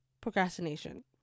procrastination